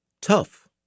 tough